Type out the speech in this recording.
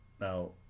Now